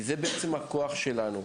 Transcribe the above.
זה בעצם הכוח שלנו.